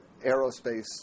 aerospace